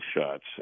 shots